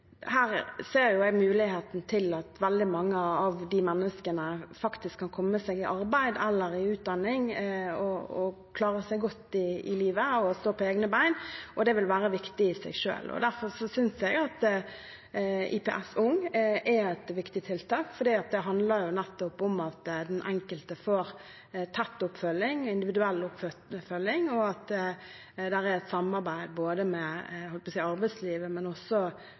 Her ser jeg muligheten til at veldig mange av de menneskene kan komme seg i arbeid eller utdanning og klare seg godt i livet og stå på egne bein, og det vil være viktig i seg selv. Derfor synes jeg at IPS ung er et viktig tiltak, for det handler nettopp om at den enkelte får tett og individuell oppfølging, og at det er et samarbeid både med